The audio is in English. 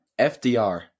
FDR